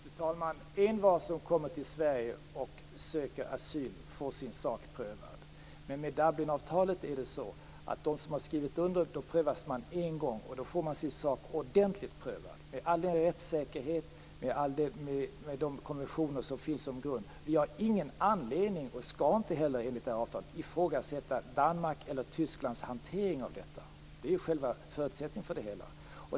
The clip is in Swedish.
Fru talman! Envar som kommer till Sverige och söker asyl får sin sak prövad. Med Dublinavtalet blir det så att de länder som har skrivit under det prövar bara en gång men då får man sin sak ordentligt prövad, med all den rättssäkerhet och med de konventioner som finns som grund. Vi har ingen anledning att, och skall heller inte enligt det här avtalet, ifrågasätta Danmarks eller Tysklands hantering av detta. Det är själva förutsättningen för det hela.